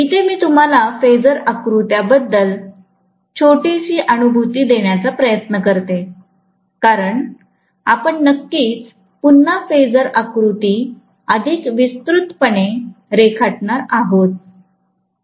इथे ही तुम्हाला फेजर आकृत्या बद्दल थोडीशी अनुभूती देण्याचा प्रयत्न करते कारण आपण नक्कीच पुन्हा फेजर आकृती अधिक विस्तृतपणे रेखाटणार आहोत